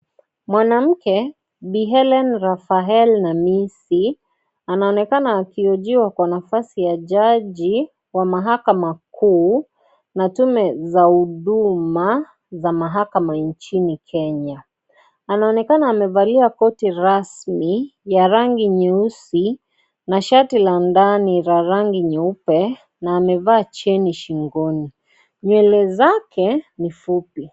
Mwanamke Bi Hellen Raphael Namisi anaonekana akihojiwa Kwa nafasi ya jaji wa mahakama kuu na tume za huduma za mahakama nchini Kenya. Anaonekana amevalia koti rasmi ya rangi nyeusi a shati la ndani la rangi nyeupe na amevaa cheni shingoni, nywele zake ni fupi.